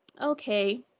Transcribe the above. okay